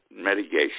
mitigation